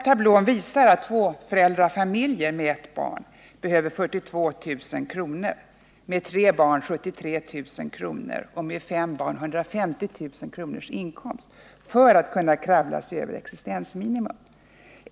Tablån visar att en tvåföräldrafamilj med ett barn behöver 42 000 kr., med tre barn 73 000 kr. och med fem barn 150 000 kr. i inkomst för att kunna kravla sig över existensminimum.